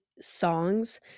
songs